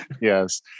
Yes